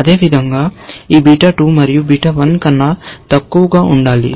అదేవిధంగా ఇది ఈ బీటా 2 మరియు బీటా 1 కన్నా తక్కువగా ఉండాలి